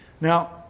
Now